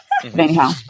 Anyhow